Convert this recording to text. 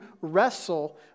wrestle